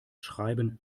schreiben